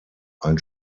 ein